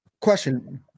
question